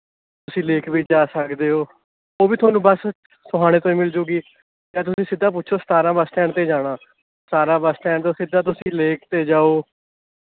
ਤੁਸੀਂ ਲੇਕ ਵੀ ਜਾ ਸਕਦੇ ਹੋ ਉਹ ਵੀ ਤੁਹਾਨੂੰ ਬੱਸ ਸੋਹਾਣੇ ਤੋਂ ਹੀ ਮਿਲ ਜੂਗੀ ਜਾਂ ਤੁਸੀਂ ਸਿੱਧਾ ਪੁੱਛੋ ਸਤਾਰਾਂ ਬੱਸ ਸਟੈਂਡ 'ਤੇ ਜਾਣਾ ਸਤਾਰਾਂ ਬੱਸ ਸਟੈਂਡ ਤੋਂ ਸਿੱਧਾ ਤੁਸੀਂ ਲੇਕ 'ਤੇ ਜਾਉ